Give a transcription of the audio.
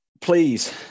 please